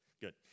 good